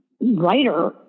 writer